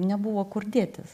nebuvo kur dėtis